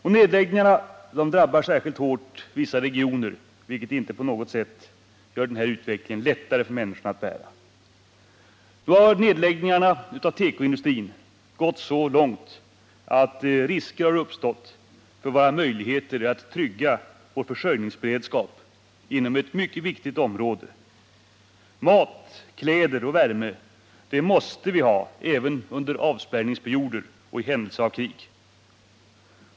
Och nedläggningarna drabbar särskilt hårt vissa regioner, vilket inte på något sätt gör utvecklingen lättare för människorna att bära. Nu har nedläggningarna inom tekoindustrin gått så långt att risker har uppstått för våra möjligheter att trygga försörjningsberedskapen inom ett Nr 157 mycket viktigt område. Mat, kläder och värme — det måste vi ha även under avspärrningsperioder och i händelse av krig.